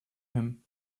him